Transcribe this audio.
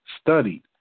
studied